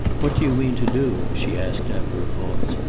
what do you mean to do? she asked, after a pause.